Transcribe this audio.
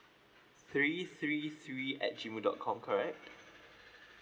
three three three at G mail dot com correct